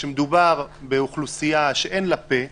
שכשמדובר באוכלוסייה שאין לה פה,